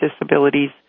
disabilities